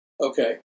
Okay